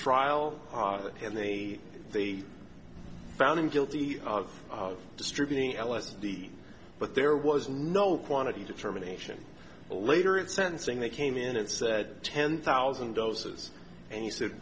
trial and they they found him guilty of distributing l s d but there was no quantity determination later in sentencing they came in and said ten thousand doses and he said